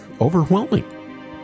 overwhelming